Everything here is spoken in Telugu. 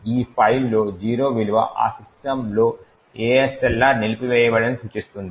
ఈ ఫైల్లో 0 విలువ ఈ సిస్టమ్లో ASLR నిలిపివేయబడిందని సూచిస్తుంది